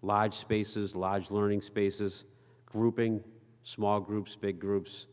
large spaces large learning spaces grouping small groups big groups